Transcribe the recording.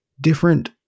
different